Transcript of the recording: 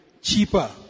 cheaper